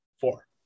Four